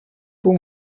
kuba